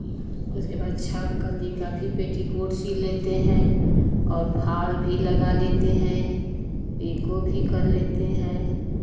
उसके बाद छः कली का भी पेटीकोट सी लेते हैं और फाल भी लगा लेते हैं पीको भी कर लेते हैं